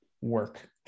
work